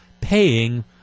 paying